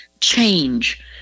change